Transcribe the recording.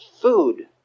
food